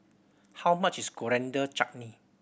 how much is Coriander Chutney